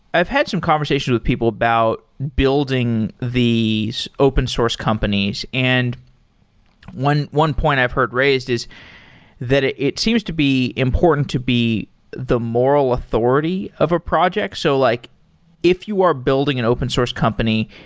i've had some conversations with people about building these open source companies, and one one point i've heard raised is that it it seems to be important to be the moral authority of a project. so, like if you are building an open source company.